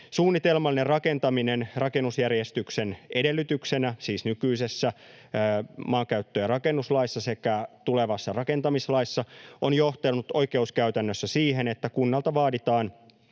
Suunnitelmallinen rakentaminen rakennusjärjestyksen edellytyksenä, siis nykyisessä maankäyttö- ja rakennuslaissa sekä tulevassa rakentamislaissa, on johtanut oikeuskäytännössä siihen, että kunnalta vaaditaan